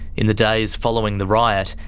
in the days following the riot,